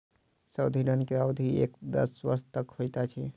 सावधि ऋण के अवधि एक से दस वर्ष तक होइत अछि